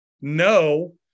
no